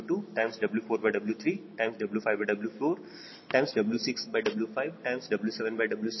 693 ಇದನ್ನು ಪರಿಶೀಲಿಸಿ